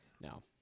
No